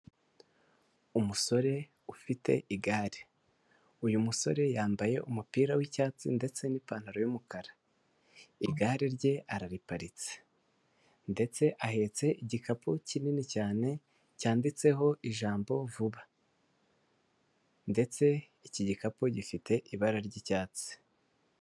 Umusore ufite igare uyu musore yambaye umupira w'icyatsi ndetse n'ipantaro y'umukara igare rye arariparitse ndetse ahetse igikapu kinini cyane cyanditseho ijambo vuba, ndetse iki gikapu gifite ibara ry'icyatsi.